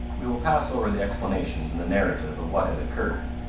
we will pass over the explanations and the narrative of what had occurred,